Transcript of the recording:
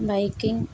biking